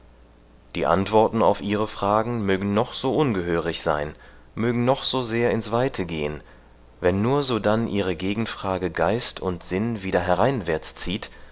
die antworten auf ihre fragen mögen noch so ungehörig sein mögen noch so sehr ins weite gehen wenn nur sodann ihre gegenfrage geist und sinn wieder hereinwärts zieht